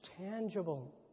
tangible